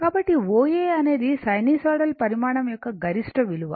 కాబట్టి O A అనేది sinusoidal పరిమాణాల యొక్క గరిష్ట విలువ